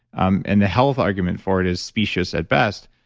um and the health argument for it is specious at best.